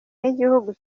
n’igihugu